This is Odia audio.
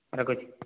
ରଖୁଛି